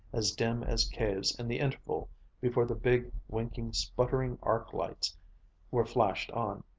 as dim as caves in the interval before the big, winking sputtering arc-lights were flashed on.